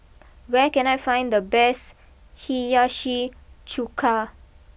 where can I find the best Hiyashi Chuka